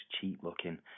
cheap-looking